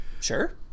sure